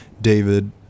David